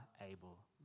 able